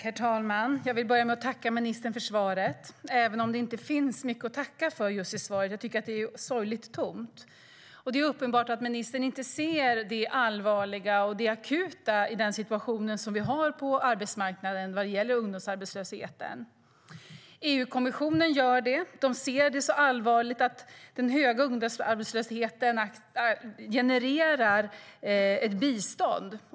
Herr talman! Jag vill börja med att tacka ministern för svaret, även om det inte finns mycket att tacka för. Jag tycker att det är ett sorgligt tomt svar. Det är uppenbart att ministern inte ser det allvarliga och akuta i den situation vi har på arbetsmarknaden vad gäller ungdomsarbetslösheten. Men EU-kommissionen gör det. De ser det som så allvarligt att den höga ungdomsarbetslösheten genererar bistånd.